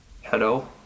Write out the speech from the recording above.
Hello